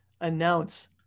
announce